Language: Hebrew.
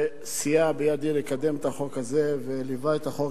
שסייע בידי לקדם את החוק הזה וליווה את החוק.